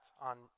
on